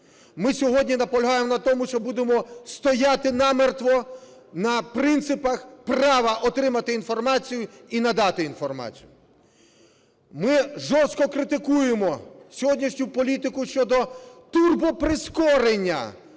Ми сьогодні наполягаємо на тому, що будемо стояти намертво на принципах права отримати інформацію і надати інформацію. Ми жорстко критикуємо сьогоднішню політику щодо турбоприскорення